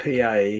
PA